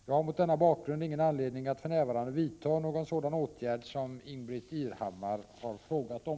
Jag har mot denna bakgrund ingen anledning att för närvarande vidta någon åtgärd som Ingbritt Irhammar frågat om.